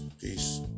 Peace